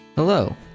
Hello